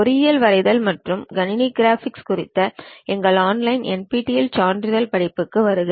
பொறியியல் வரைதல் மற்றும் கணினி கிராபிக்ஸ் குறித்த எங்கள் ஆன்லைன் NPTEL சான்றிதழ் படிப்புகளுக்கு வருக